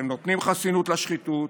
אתם נותנים חסינות לשחיתות,